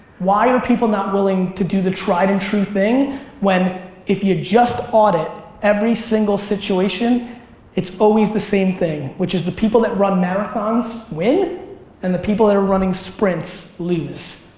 why are people not willing to do the tried and true thing when if you just audit every single situation it's always the same thing. which is the people that run marathons win and the people that are running sprints lose.